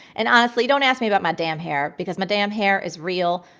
and honestly, don't ask me about my damn hair because my damn hair is real,